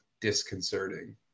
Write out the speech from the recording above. disconcerting